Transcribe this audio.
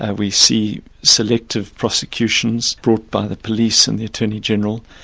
ah we see selective prosecutions brought by the police and the attorney-general,